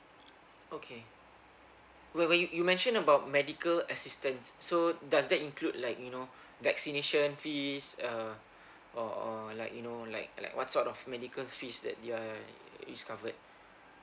okay well you you mention about medical assistance so does that include like you know vaccination fees uh or or like you know like like what sort of medical fees that you are is covered